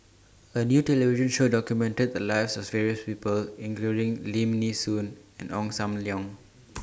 A New television Show documented The Lives of various People including Lim Nee Soon and Ong SAM Leong